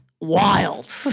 wild